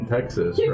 Texas